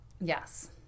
Yes